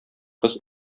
кыз